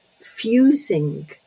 fusing